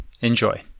Enjoy